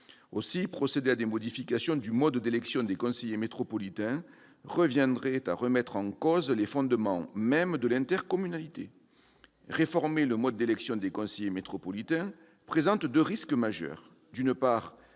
Aussi, procéder à des modifications du mode d'élection des conseillers métropolitains reviendrait à remettre en cause les fondements mêmes de l'intercommunalité. Réformer le mode d'élection des conseillers métropolitains présente deux risques majeurs